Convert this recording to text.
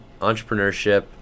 entrepreneurship